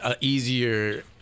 easier